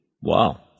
Wow